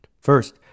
First